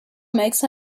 makes